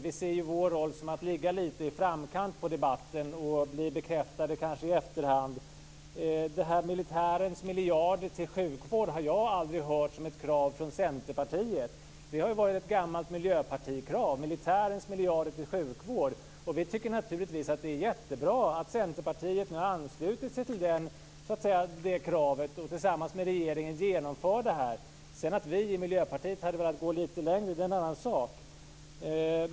Vi ser vår roll som att vi ska ligga lite i framkant på debatten och kanske bli bekräftade i efterhand. Att militärens miljarder ska gå till sjukvård har jag aldrig hört som ett krav från Centerpartiet. Att militärens miljarder ska gå till sjukvård har ju varit ett gammalt miljöpartikrav. Vi tycker naturligtvis att det är jättebra att Centerpartiet nu ansluter sig till det kravet och tillsammans med regeringen genomför det här. Att vi i Miljöpartiet hade velat gå lite längre är en annan sak.